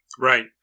Right